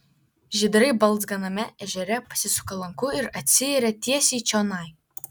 žydrai balzganame ežere pasisuka lanku ir atsiiria tiesiai čionai